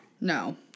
No